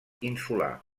insular